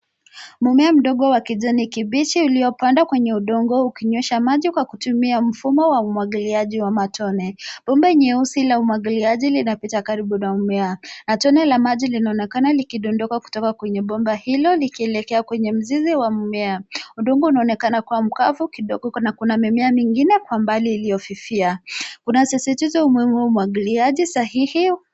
Mmea mdogo wa kijani kibichi uliopandwa kwenye udongo ukinywesha maji kwa mfumo wa umwagiliaji wa matone, bomba nyeusi la umwagiliaji una pita karibu na mimea na tone la maji linaonekana likidondoka kutoka kwenye bomba hilo likielekea kwenye mzizi wa mimea. Udongo una onekana kuwa mkavu kidogo na kuna mimea mingine kwa umbali iliofifia. Kuna sisitizo muhimu wa umwagiliaji sahihi.